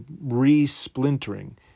re-splintering